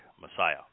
Messiah